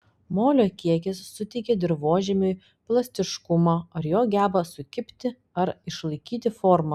molio kiekis suteikia dirvožemiui plastiškumo ar jo gebą sukibti ar išlaikyti formą